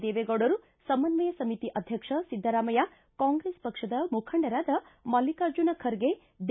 ದೇವೆಗೌಡರು ಸಮನ್ವಯ ಸಮಿತಿ ಅಧ್ವಕ್ಷ ಸಿದ್ದರಾಮಯ್ಯ ಕಾಂಗ್ರೆಸ್ ಪಕ್ಷದ ಮುಖಂಡರಾದ ಮಲ್ಲಿಕಾರ್ಜುನ ಖರ್ಗೆ ಡಿ